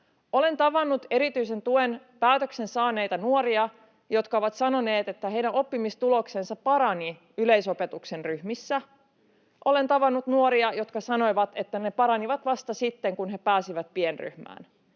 Olen tavannut erityisen tuen päätöksen saaneita nuoria, jotka ovat sanoneet, että heidän oppimistuloksensa paranivat yleisopetuksen ryhmissä. [Timo Heinonen: Kyllä!] Olen tavannut nuoria, jotka sanoivat, että ne paranivat vasta sitten, kun he pääsivät pienryhmään.